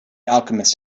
alchemist